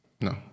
No